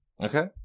Okay